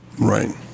Right